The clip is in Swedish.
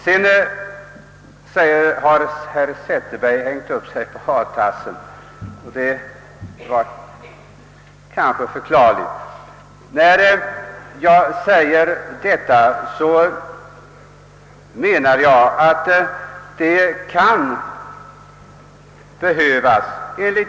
Herr Zetterberg har också hängt upp sig på mitt uttalande om att man inte skall stryka över med hartassen — och det är kanske förklarligt.